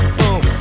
boom